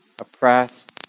oppressed